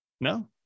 No